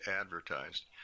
advertised